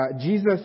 Jesus